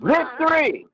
Victory